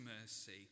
mercy